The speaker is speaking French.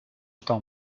temps